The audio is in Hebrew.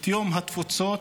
התפוצות,